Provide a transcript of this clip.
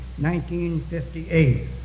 1958